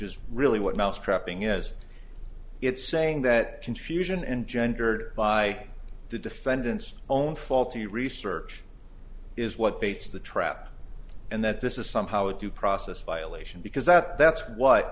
is really what mouse trapping is it's saying that confusion engendered by the defendant's own faulty research is what bates the trap and that this is somehow due process violation because that that's what